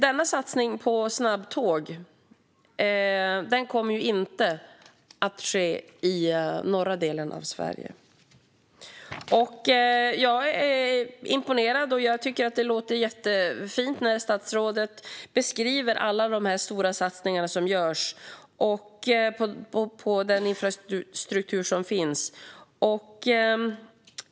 Denna satsning på snabbtåg kommer ju inte att ske i norra delen av Sverige. Jag är imponerad, och jag tycker att det låter jättefint när statsrådet beskriver alla de stora satsningar som görs på den infrastruktur som finns.